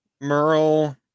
Merle